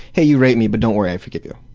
hey, you raped me, but don't worry, i forgive you.